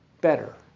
better